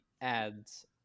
ads